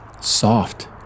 soft